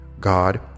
God